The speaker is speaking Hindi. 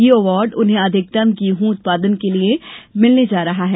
यह अवार्ड उन्हें अधिकतम गेहूं उत्पादन के लिए मिलने जा रहा है